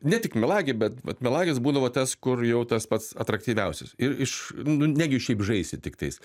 ne tik melagį bet vat melagis būdavo tas kur jau tas pats aktyviausias ir iš nu negi šiaip žaisi tiktais